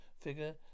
figure